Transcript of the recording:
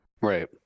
Right